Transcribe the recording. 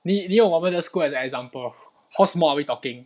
你你用我们的 school as an example how small are we talking